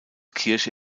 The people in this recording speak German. kirche